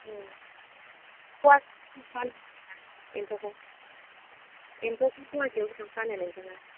फवासेआव बेसे फानो नोंथाङा एम्फौखौ एम्फौखौ फवासेआव बेसेबां फानो नोंथाङा